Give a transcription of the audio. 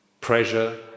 pressure